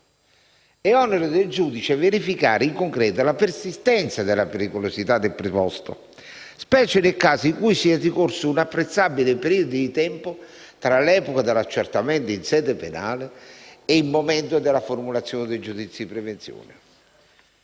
è onere del giudice verificare in concreto la persistenza della pericolosità del proposto, specie nel caso in cui sia decorso un apprezzabile periodo di tempo tra l'epoca dell'accertamento in sede penale e il momento della formulazione del giudizio sulla prevenzione».